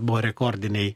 buvo rekordiniai